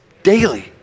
daily